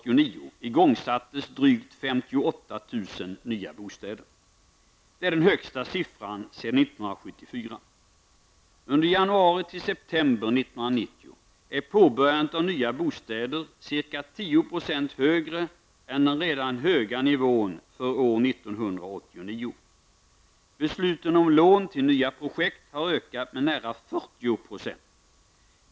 58 000 nya bostäder. Det är den högsta siffran sedan 1974. Under januari--september 1990 var nivån för påbörjandet av byggandet av nya bostäder ca 10 % högre än den redan höga nivån för år 1989. Besluten om lån till nya projekt har ökat med nära 40 %.